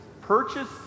Purchase